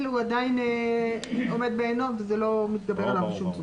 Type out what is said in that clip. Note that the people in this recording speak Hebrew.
הוא עדיין עומד בעינו וזה לא מתגבר עליו בשום צורה.